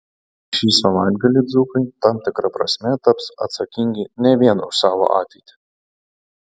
šį savaitgalį dzūkai tam tikra prasme taps atsakingi ne vien už savo ateitį